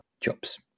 jobs